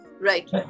right